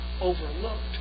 overlooked